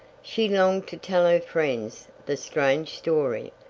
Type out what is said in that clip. she longed to tell her friends the strange story,